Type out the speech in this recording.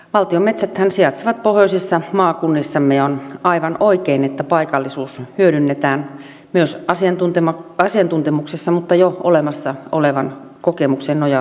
valtion metsäthän sijaitsevat pohjoisissa maakunnissamme ja on aivan oikein että paikallisuus hyödynnetään myös asiantuntemuksessa mutta jo olemassa olevaan kokemukseen nojautuen